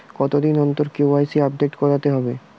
কতদিন অন্তর KYC update করতে হবে?